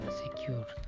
secure